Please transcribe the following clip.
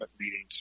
meetings